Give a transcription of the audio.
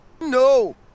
No